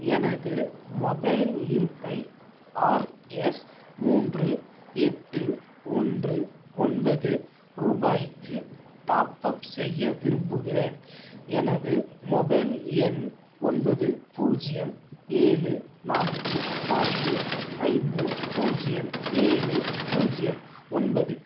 எனது மொபைல் இருப்பை ஆர்எஸ் மூன்று எட்டு ஒன்று ஒன்பது ரூபாய்க்கு டாப் அப் செய்ய விரும்புகிறேன் எனது மொபைல் எண் ஒன்பது பூஜ்ஜியம் ஏழு நான்கு நான்கு ஐந்து பூஜ்ஜியம் ஏழு பூஜ்ஜியம் ஒன்பது